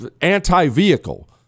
anti-vehicle